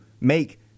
make